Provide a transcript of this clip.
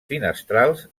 finestrals